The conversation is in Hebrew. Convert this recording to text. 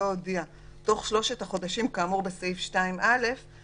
הודיע תוך שלושת החדשים כאמור בסעיף 2(א) ---,